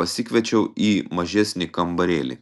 pasikviečiau į mažesnį kambarėlį